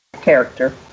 character